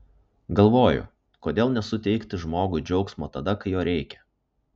galvoju kodėl nesuteikti žmogui džiaugsmo tada kai jo reikia